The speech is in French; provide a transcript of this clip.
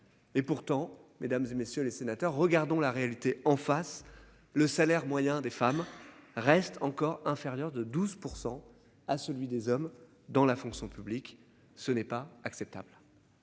Et pourtant, mesdames et messieurs les sénateurs, regardons la réalité en face. Le salaire moyen des femmes reste encore inférieur de 12% à celui des hommes dans la fonction publique, ce n'est pas acceptable.